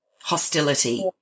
hostility